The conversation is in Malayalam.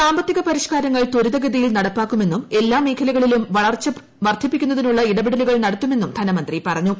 സാമ്പത്തിക പരിഷ്കാരങ്ങൾ ത്വരിതഗതിയിൽ നടപ്പാക്കുമെന്നും എല്ലാ മേഖലകളിലും വളർച്ച വർദ്ധിപ്പിക്കുന്നതിനുള്ള ഇടപെടലുകൾ നടത്തുമെന്നും ധനമന്ത്രി പറഞ്ഞു